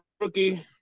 rookie